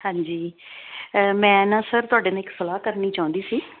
ਹਾਂਜੀ ਮੈਂ ਨਾ ਸਰ ਤੁਹਾਡੇ ਨਾਲ ਇਕ ਸਲਾਹ ਕਰਨੀ ਚਾਹੁੰਦੀ ਸੀ